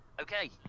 Okay